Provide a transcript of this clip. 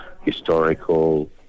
historical